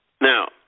Now